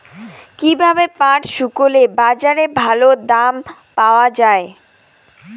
কীভাবে পাট শুকোলে বাজারে ভালো দাম পাওয়া য়ায়?